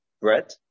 bread